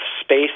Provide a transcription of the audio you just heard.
space